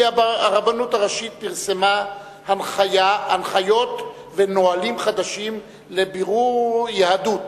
כי הרבנות הראשית פרסמה הנחיות ונהלים חדשים לבירור יהדות,